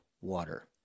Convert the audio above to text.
water